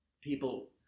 people